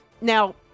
Now